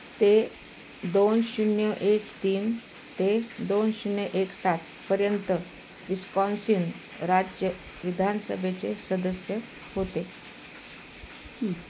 ते दोन शून्य एक तीन ते दोन शून्य एक सातपर्यंत विस्कॉन्सिन राज्य विधानसभेचे सदस्य होते